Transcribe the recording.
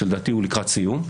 לדעתי הוא לקראת סיום,